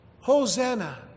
Hosanna